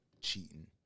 cheating